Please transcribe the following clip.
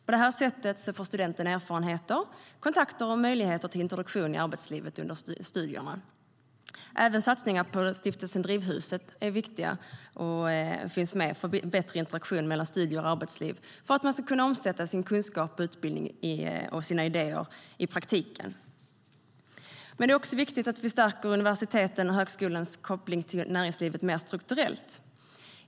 På det sättet får studenten erfarenheter, kontakter och möjligheter till introduktion i arbetslivet under studierna. Men det är också viktigt att stärka universitetens och högskolornas koppling till näringslivet mer strukturellt.